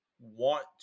want